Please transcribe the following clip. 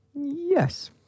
Yes